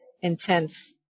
intense